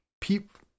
people